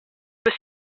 was